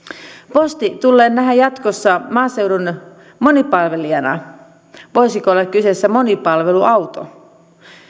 posti tulee nähdä jatkossa maaseudun monipalvelijana voisiko olla kyseessä monipalveluauto